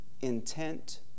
intent